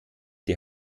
die